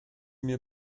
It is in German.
mir